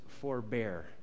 forbear